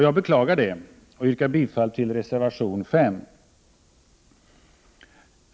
Jag beklagar det och yrkar bifall till reservation 5.